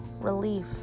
relief